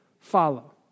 follow